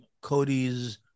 Cody's